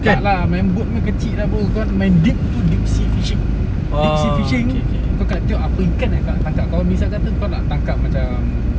tak lah main boat punya kecil lah bro kalau main deep deep sea fishing deep sea fishing kau kena tengok apa ikan yang kau nak tangkap kau misal kata kau nak tangkaP_Macam